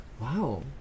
Wow